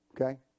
Okay